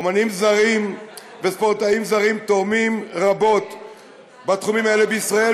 אמנים זרים וספורטאים זרים תורמים רבות בתחומים האלה בישראל,